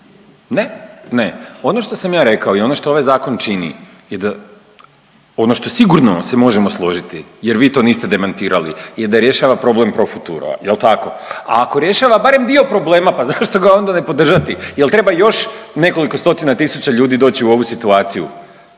ne, ne, ono što sam ja rekao i ono što ovaj zakon čini je da, ono što sigurno se možemo složiti jer vi to niste demantirali je da rješava problem profuturo jel tako, a ako rješava barem dio problema pa zašto ga ne podržati jer treba još nekoliko stotina tisuća ljudi doći u ovo situaciju.